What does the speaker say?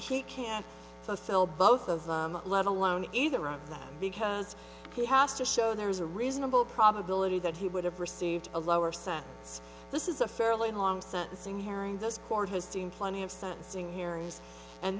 fulfill both of them let alone either of them because he has to show there is a reasonable probability that he would have received a lower sentence this is a fairly long sentencing hearing those court has seen plenty of sentencing hearings and